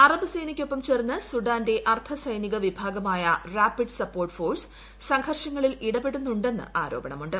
Arab സേനയ്ക്കൊപ്പം ചേർന്ന് സുഡാന്റെ അർദ്ധസൈനിക വിഭാഗമായ റാപ്പിഡ് സപ്പോർട്ട് ഫോഴ്സ് സംഘർഷങ്ങളിൽ ഇടപെടുന്നുണ്ടെന്ന് ആരോപുണ്ട്